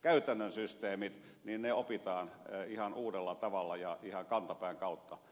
käytännön systeemit opitaan ihan uudella tavalla ja ihan kantapään kautta